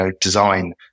design